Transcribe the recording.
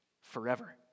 forever